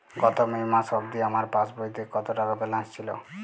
গত মে মাস অবধি আমার পাসবইতে কত টাকা ব্যালেন্স ছিল?